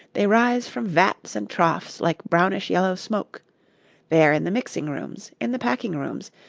they rise from vats and troughs like brownish-yellow smoke they are in the mixing-rooms, in the packing-rooms,